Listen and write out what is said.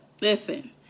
listen